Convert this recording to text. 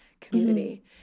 community